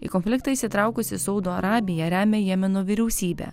į konfliktą įsitraukusi saudo arabija remia jemeno vyriausybę